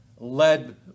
led